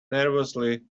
nervously